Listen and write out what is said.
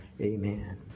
Amen